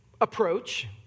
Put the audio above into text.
approach